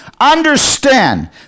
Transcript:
Understand